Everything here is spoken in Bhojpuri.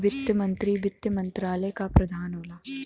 वित्त मंत्री वित्त मंत्रालय क प्रधान होला